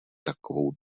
takovou